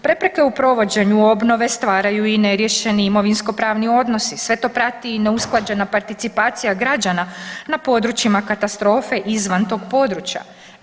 Prepreke u provođenju obnove stvaraju i neriješeni imovinsko-pravni odnosi sve to prati i neusklađena participacija građana na područjima katastrofe izvan tog područja.